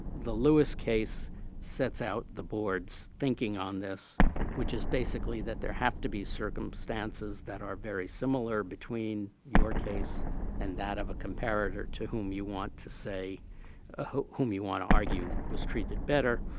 the lewis case sets out the boards thinking on this which is basically that there have to be circumstances that are very similar between your case and that of a comparator to whom you want to say whom you want to argue was treated better.